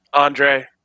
Andre